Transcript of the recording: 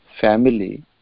family